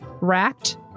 Racked